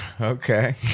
okay